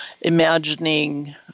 imagining